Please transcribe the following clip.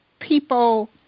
people